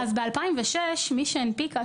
אז ב-2006 מי שהנפיקה,